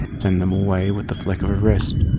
send them away with the flick of a wrist.